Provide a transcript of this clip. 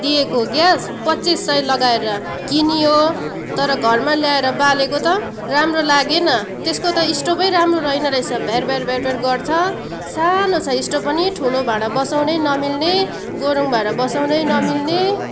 दिएको ग्यास पच्चिस सय लगाएर किनियो तर घरमा ल्याएर बालेको त राम्रो लागेन त्यसको त स्टोभै राम्रो छैन रहेछ भ्यार भ्यार भ्यार भ्यार गर्छ सानो छ स्टोभ पनि ठुलो भाँडा बसाउनै नमिल्ने गह्रौँ भाँडा बसाउनै नमिल्ने